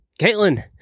Caitlin